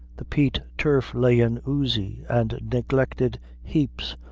the peat turf lay in oozy and neglected heaps,